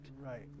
right